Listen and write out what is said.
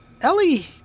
Ellie